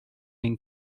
and